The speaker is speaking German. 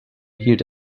hielt